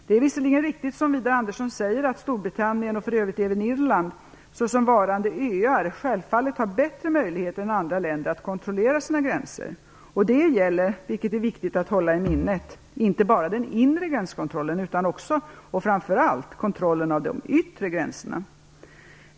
Det är visserligen riktigt som Widar Andersson säger, att Storbritannien och för övrigt även Irland såsom varande öar självfallet har bättre möjligheter än andra länder att kontrollera sina gränser, och det gäller - vilket är viktigt att hålla i minnet - inte bara den inre gränskontrollen utan också och framför allt - kontrollen av de yttre gränserna.